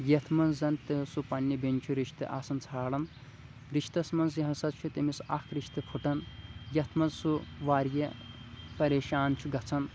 یَتھ منَز زَن تہٕ سُہ پنٕنہِ بیٚنہِ چھُ رِشتہٕ آسان ژھانٛڈان رِشتس منٛز ہسا چھِ تٔمِس اَکھ رِشتہٕ پھُٹن یَتھ منٛز سُہ واریاہ پریشان چھُ گَژھان